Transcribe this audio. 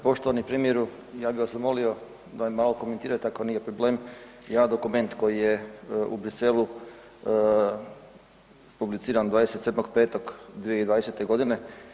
Poštovani premijeru, ja bih vas zamolio da mi malo komentirate ako nije problem jedan dokument koji je u Bruxellesu publiciran 27.5.2020. godine.